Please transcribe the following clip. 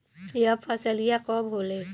यह फसलिया कब होले?